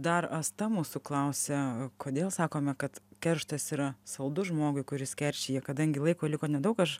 dar asta mūsų klausia kodėl sakome kad kerštas yra saldus žmogui kuris keršija kadangi laiko liko nedaug aš